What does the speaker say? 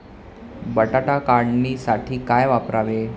बटाटा काढणीसाठी काय वापरावे?